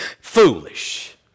foolish